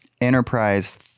Enterprise